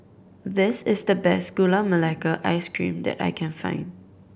this is the best Gula Melaka Ice Cream that I can find